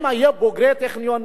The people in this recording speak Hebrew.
הם היום בוגרי הטכניון,